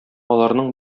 аларның